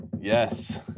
Yes